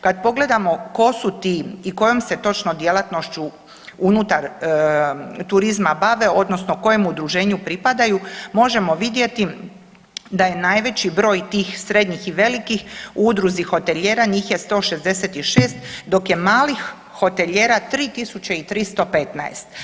Kad pogledamo tko su ti i kojom se točno djelatnošću unutar turizma bave odnosno kojem udruženju pripadaju možemo vidjeti da je najveći broj tih srednjih i velikih u udruzi hotelijera, njih je 166 dok je malih hotelijera 3.315.